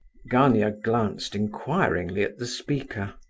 gania glanced inquiringly at the speaker.